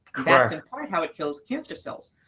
that's in part how it kills cancer cells.